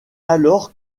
alors